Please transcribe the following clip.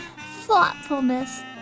thoughtfulness